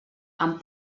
amb